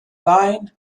line